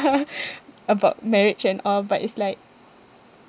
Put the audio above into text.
about marriage and all but it's like